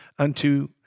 unto